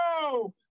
go